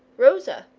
rosa,